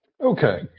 Okay